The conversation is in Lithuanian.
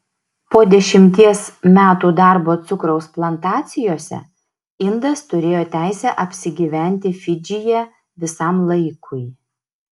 po dešimties metų darbo cukraus plantacijose indas turėjo teisę apsigyventi fidžyje visam laikui